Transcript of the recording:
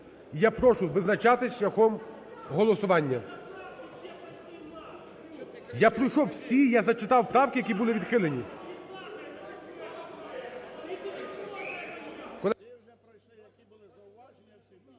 Я прошу визначатись шляхом голосування. Я пройшов усі, я зачитав правки, які були відхилені.